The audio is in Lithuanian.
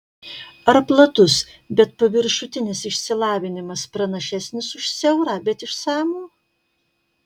ar platus bet paviršutinis išsilavinimas pranašesnis už siaurą bet išsamų